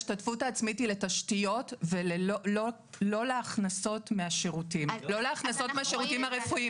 ההשתתפות העצמית היא לתשתיות ולא להכנסות מהשירותים הרפואיים.